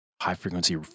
high-frequency